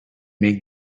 make